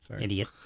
Idiot